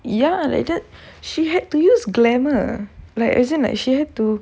ya like that she had to use glamour like as in like she had to